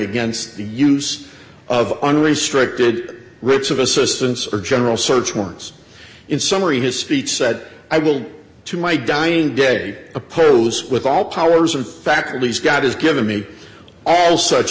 against the use of unrestricted routes of assistance or general search warrants in summary his speech said i will to my dying day oppose with all powers and faculties god has given me all such